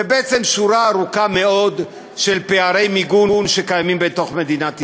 ובעצם יש שורה ארוכה מאוד של פערי מיגון בתוך מדינת ישראל.